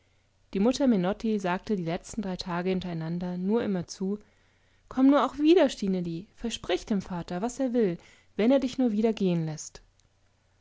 die mutter menotti sagte die letzten drei tage hintereinander nur immerzu komm nur auch wieder stineli versprich dem vater was er will wenn er dich nur wieder gehen läßt